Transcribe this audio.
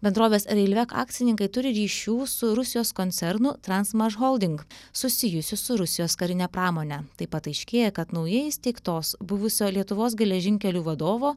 bendrovės railvec akcininkai turi ryšių su rusijos koncernu transmashholding susijusių su rusijos karine pramone taip pat aiškėja kad naujai įsteigtos buvusio lietuvos geležinkelių vadovo